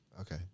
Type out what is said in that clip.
Okay